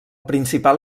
principal